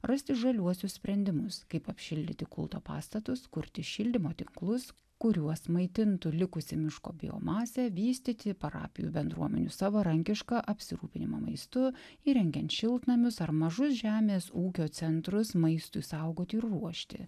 rasti žaliuosius sprendimus kaip apšildyti kulto pastatus kurti šildymo tinklus kuriuos maitintų likusi miško biomasė vystyti parapijų bendruomenių savarankišką apsirūpinimą maistu įrengiant šiltnamius ar mažus žemės ūkio centrus maistui saugoti ir ruošti